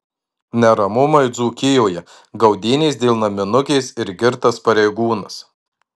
neramumai dzūkijoje gaudynės dėl naminukės ir girtas pareigūnas